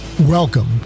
Welcome